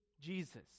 Jesus